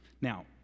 Now